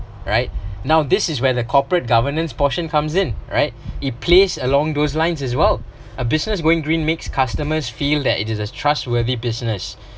right now this is where the corporate governance portion comes in right it place along those lines as well a business going green makes customers feel that it is a trustworthy business